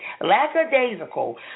lackadaisical